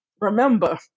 remember